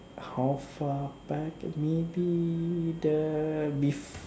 how far back maybe the bef~